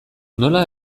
nola